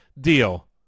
deal